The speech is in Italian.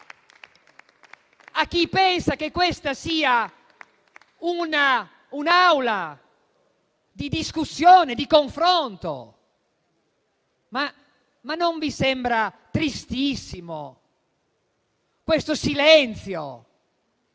a chi pensa che questa sia un'Aula di discussione, di confronto. Non vi sembra tristissimo questo silenzio